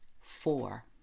four